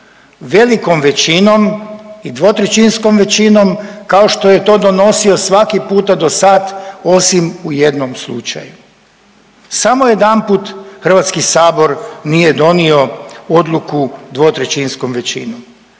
velikom većinom i dvotrećinskom većinom kao što je to donosio svaki puta dosad osim u jednom slučaju, samo jedanput HS nije donio odluku dvotrećinskom većinom,